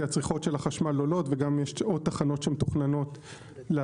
כי הצריכות של החשמל עולות וגם יש עוד תחנות שמתוכננות לעבור,